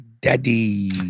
Daddy